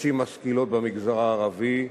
נשים משכילות במגזר הערבי.